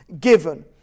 given